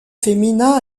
féminin